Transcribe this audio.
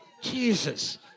Jesus